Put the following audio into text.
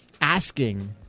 asking